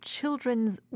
Children's